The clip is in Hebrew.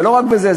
זה לא רק בזה.